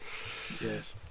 Yes